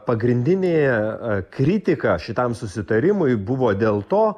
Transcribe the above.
pagrindinė kritika šitam susitarimui buvo dėl to